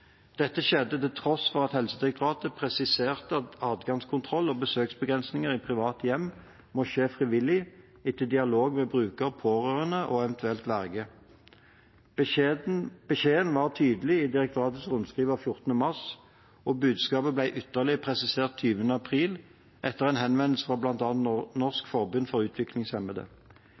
Dette skjedde til tross for at Helsedirektoratet presiserte at adgangskontroll og besøksbegrensninger i private hjem må skje frivillig, etter dialog med bruker, pårørende og eventuell verge. Beskjeden var tydelig i direktoratets rundskriv av 14. mars, og budskapet ble ytterligere presisert 20. april – etter en henvendelse fra bl.a. Norsk Forbund for Utviklingshemmede.